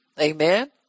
Amen